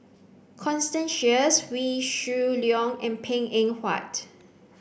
constance Sheares Wee Shoo Leong and Png Eng Huat